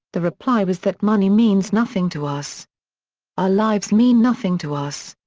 the reply was that money means nothing to us our lives mean nothing to us.